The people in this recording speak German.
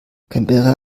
canberra